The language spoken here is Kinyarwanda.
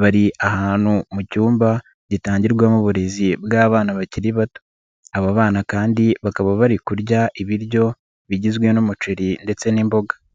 bari ahantu mu cyumba gitangirwamo uburezi bw'abana bakiri bato, abo bana kandi bakaba bari kurya ibiryo bigizwe n'umuceri ndetse n'imboga.